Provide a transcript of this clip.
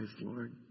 Lord